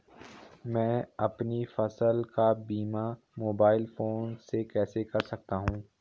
मैं अपनी फसल का बीमा मोबाइल फोन से कैसे कर सकता हूँ?